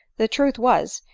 the truth was,